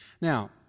Now